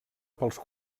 pels